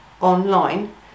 online